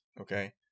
okay